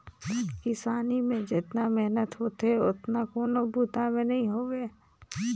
किसानी में जेतना मेहनत होथे ओतना कोनों बूता में नई होवे